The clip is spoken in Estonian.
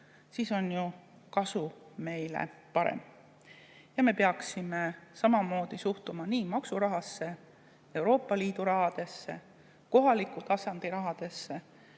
siis on ju ka kasu suurem. Me peaksime samamoodi suhtuma nii maksurahasse, Euroopa Liidu rahasse, kohaliku tasandi rahasse